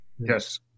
Yes